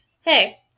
Hey